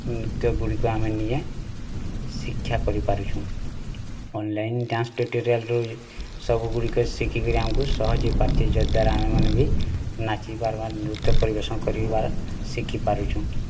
ନୃତ୍ୟଗୁଡ଼ିକୁ ଆମେ ନିଜେ ଶିକ୍ଷା କରିପାରୁଛୁ ଅନଲାଇନ୍ ଡ଼୍ୟାନ୍ସ ଟ୍ୟୁଟରିଆଲ୍ରୁ ସବୁଗୁଡ଼ିକ ଶିଖି କରି ଆମକୁ ସହଜେ ହୋଇପାରୁଛେ ଯ ଦ୍ଵାରା ଆମେ ମାନେ ବି ନାଚି ପାର୍ବା ନୃତ୍ୟ ପରିବେଷଣ କରିବା ଶିଖିପାରୁଛୁ